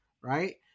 right